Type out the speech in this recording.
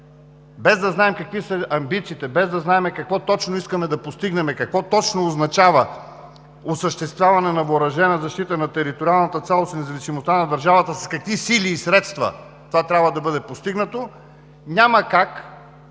Без да знаем какви са амбициите, без да знаем какво точно искаме да постигнем, какво точно означава „осъществяване на въоръжена защита на териториалната цялост и независимостта на държавата“, с какви сили и средства това трябва да бъде постигнато, няма как